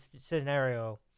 scenario